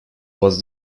was